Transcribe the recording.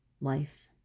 Life